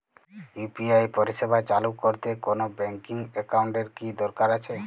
UPI পরিষেবা চালু করতে কোন ব্যকিং একাউন্ট এর কি দরকার আছে?